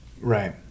Right